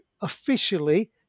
officially